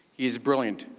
he's brilliant,